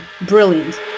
brilliant